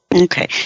Okay